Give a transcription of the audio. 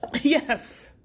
Yes